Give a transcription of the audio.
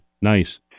Nice